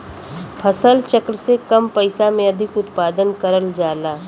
फसल चक्र से कम पइसा में अधिक उत्पादन करल जाला